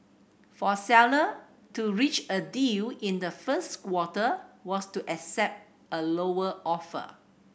for sellers to reach a deal in the first quarter was to accept a lower offer